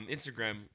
Instagram